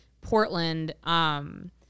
Portland –